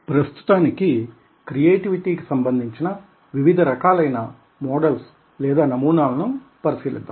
ప్రస్తుతానికి క్రియేటివిటీ కి సంబంధించిన వివిధ రకాలైన మోడల్స్ లేదా నమూనాలను పరిశీలిద్దాము